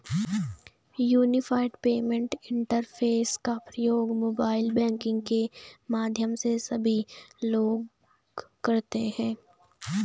unified payment interface का प्रयोग mobile banking के माध्यम से सभी लोग करते हैं